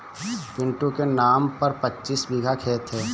पिंटू के नाम पर पच्चीस बीघा खेत है